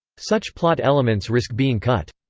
such plot elements risk being cut.